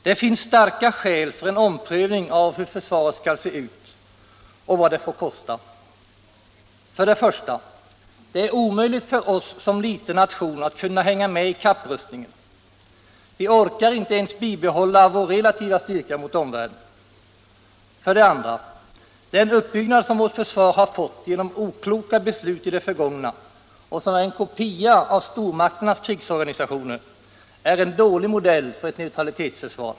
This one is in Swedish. Det finns starka skäl för en omprövning av hur försvaret skall se ut och vad det får kosta. För det första: Det är omöjligt för oss som liten nation att hänga med i kapprustningen. Vi orkar inte ens bibehålla vår relativa styrka mot omvärlden. För det andra: Den uppbyggnad, som vårt försvar har fått genom okloka beslut i det förgångna och som är en kopia av stormakternas krigsorganisationer, är en dålig modell för ett neutralitetsförsvar.